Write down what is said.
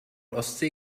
ostsee